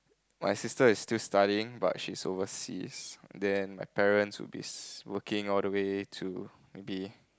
my sister is still studying but she's overseas then my parents will be s~ working all the way to maybe